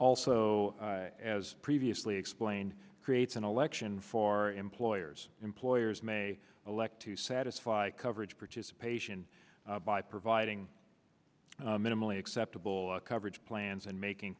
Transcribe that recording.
also as previously explained creates an election for employers employers may elect to satisfy coverage participation by providing minimally acceptable coverage plans and making